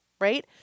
right